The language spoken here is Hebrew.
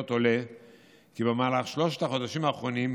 עולה כי במהלך שלושת החודשים האחרונים,